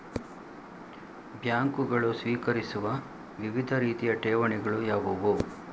ಬ್ಯಾಂಕುಗಳು ಸ್ವೀಕರಿಸುವ ವಿವಿಧ ರೀತಿಯ ಠೇವಣಿಗಳು ಯಾವುವು?